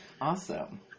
Awesome